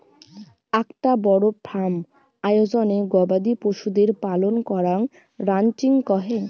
আকটা বড় ফার্ম আয়োজনে গবাদি পশুদের পালন করাঙ রানচিং কহে